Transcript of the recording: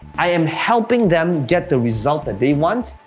i am helping them get the result that they want,